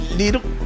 little